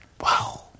Wow